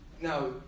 Now